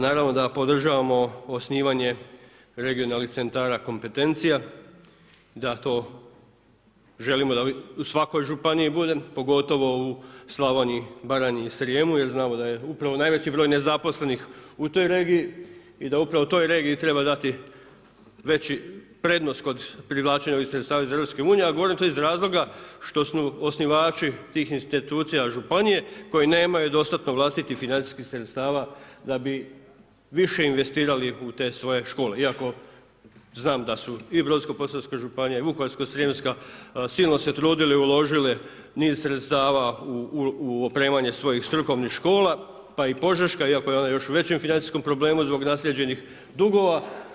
Naravno da podržavamo osnivanje regionalnih centara kompetencija i da to želimo da u svakoj županiji bude, pogotovo u Slavoniji, Baranji i Srijemu jer znamo da je upravo najveći broj nezaposlenih u toj regiji i da upravo toj regiji treba dati veći, prednost kod privlačenja ovih sredstava iz EU a govorim to iz razloga što su osnivači tih institucija županije koje nemaju dostatno vlastitih financijskih sredstava da bi više investirali u te svoje škole iako znam da su i Brodsko-posavska županija i Vukovarsko-srijemska silno se trudili i uložile niz sredstava u opremanje svojih strukovnih škola pa i Požeška iako je ona još u većem financijskom problemu zbog naslijeđenih dugova.